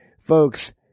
Folks